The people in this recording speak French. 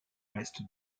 restes